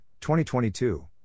2022